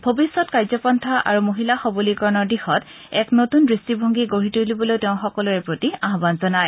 ভৱিষ্যৎ কাৰ্যপন্থা আৰু মহিলা সৰলীকৰণৰ দিশত এক নতূন দৃষ্টিভংগী গঢ়ি তুলিবলৈও তেওঁ সকলোৰে প্ৰতি আহান জনায়